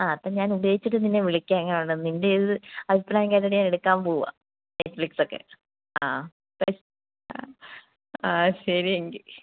ആ അപ്പം ഞാൻ ഉപയോഗിച്ചിട്ട് നിന്നെ വിളിക്കാം എങ്ങനെയുണ്ടെന്ന് നിൻ്റെ ഒരിത് അഭിപ്രായം കേട്ടിട്ട് ഞാൻ എടുക്കാൻ പോവുകയാണ് നെറ്റ്ഫ്ലിക്സൊക്കെ ആ അപ്പോൾ ആ ആ ശെരിയെങ്കിൽ